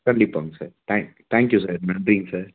கண்டிப்பாங்க sir thank you thank you sir நன்றிங்க sir